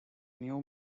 new